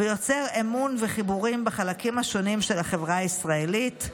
ויוצר אמון וחיבורים בחלקים השונים של החברה הישראלית.